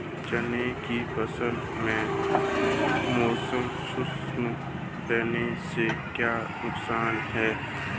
चने की फसल में मौसम शुष्क रहने से क्या नुकसान है?